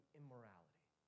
immorality